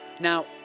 now